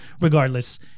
regardless